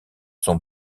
sont